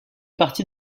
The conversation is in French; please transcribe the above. partie